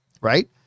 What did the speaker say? right